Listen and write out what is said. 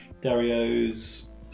Dario's